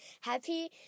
happy